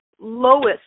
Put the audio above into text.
lowest